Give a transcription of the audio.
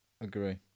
Agree